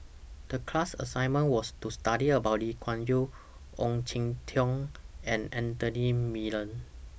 The class assignment was to study about Lee Kuan Yew Ong Jin Teong and Anthony Miller